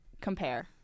compare